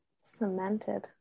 cemented